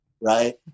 right